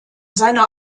seiner